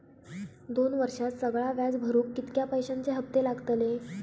दोन वर्षात सगळा व्याज भरुक कितक्या पैश्यांचे हप्ते लागतले?